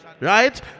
Right